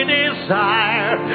desire